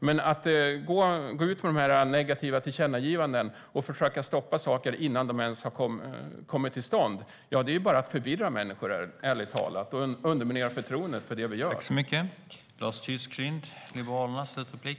Men att gå ut med negativa tillkännagivanden och försöka att stoppa saker innan de ens har kommit till stånd, det är bara att förvirra människor och underminera förtroendet för det som vi gör, ärligt talat.